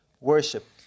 worship